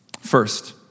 First